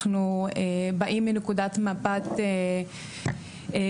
אנחנו באים מנקודת מבט שונה,